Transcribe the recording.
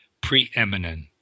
preeminent